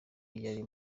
yari